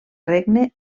regne